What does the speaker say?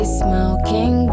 smoking